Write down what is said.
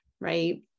right